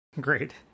Great